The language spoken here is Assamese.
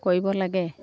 কৰিব লাগে